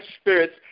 spirits